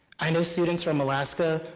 i know students from alaska,